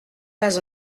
pas